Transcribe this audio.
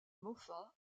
moffat